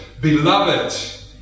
Beloved